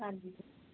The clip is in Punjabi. ਹਾਂਜੀ